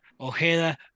Ojeda